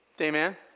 amen